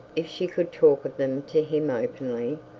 if she could talk of them to him openly,